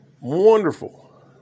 Wonderful